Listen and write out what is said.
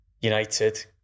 United